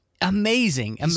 amazing